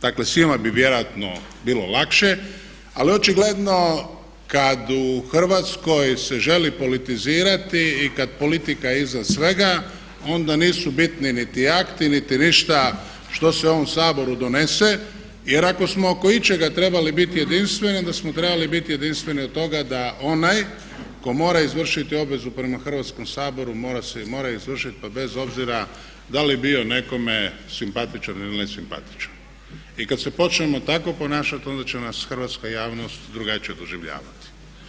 Dakle, svima bi vjerojatno bilo lakše ali očigledno kad u Hrvatskoj se želi politizirati i kad politika je iznad svega onda nisu bitni niti akti niti išta što se u ovom Saboru donese jer ako smo oko ičega trebali biti jedinstveni onda smo trebali biti jedinstveni oko toga da onaj tko mora izvršiti obvezu prema Hrvatskom saboru mora izvršiti pa bez obzira da li bio nekome simpatičan ili ne simpatičan i kad se počnemo tako ponašati onda će nas hrvatska javnost drugačije doživljavati.